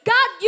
God